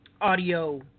audio